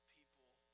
People